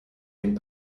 den